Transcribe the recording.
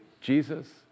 Jesus